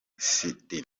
sydney